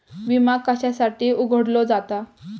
विमा कशासाठी उघडलो जाता?